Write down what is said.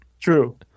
true